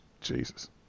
Jesus